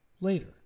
later